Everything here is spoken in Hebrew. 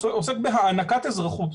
הוא עוסק בהענקת אזרחות,